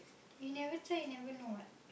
you never try you never know what